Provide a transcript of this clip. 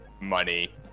money